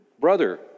brother